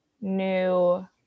new